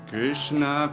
Krishna